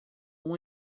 uma